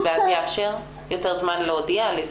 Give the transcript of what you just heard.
זה יאפשר יותר זמן להודיע.